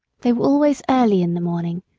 they were always early in the morning,